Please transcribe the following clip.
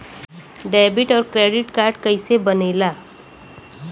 Debit और credit card कईसे बने ने ला?